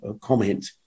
comment